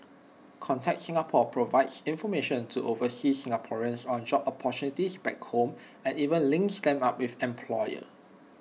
contact Singapore provides information to overseas Singaporeans on job opportunities back home and even links them up with employers